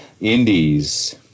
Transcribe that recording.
Indies